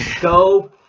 Go